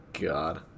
god